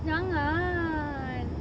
jangan